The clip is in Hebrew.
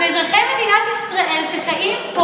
אזרחי מדינת ישראל שחיים פה,